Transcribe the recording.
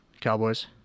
Cowboys